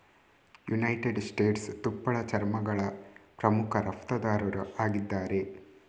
United States ತುಪ್ಪಳ ಚರ್ಮಗಳ ಪ್ರಮುಖ ರಫ್ತುದಾರರು ಆಗಿದ್ದಾರೆ